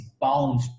bound